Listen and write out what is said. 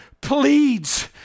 pleads